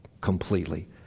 completely